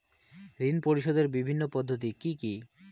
ঋণ পরিশোধের বিভিন্ন পদ্ধতি কি কি?